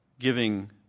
giving